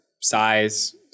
Size